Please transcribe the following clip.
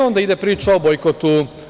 Onda ide priča o bojkotu.